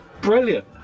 brilliant